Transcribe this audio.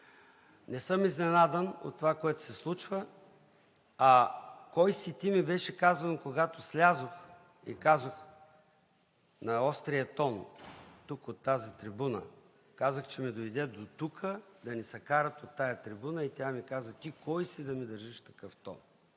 Не съм изненадан от това, което се случва. А „Кой си ти“ ми беше казано, когато слязох и на острия тон тук, от трибуната, казах, че ми дойде дотук (показва) да ни се карат от тази трибуна. Тя ми каза: „Ти кой си да ми държиш такъв тон?“